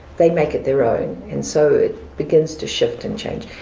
they make it their own. and so it begins to shift and change.